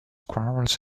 quarrels